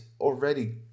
already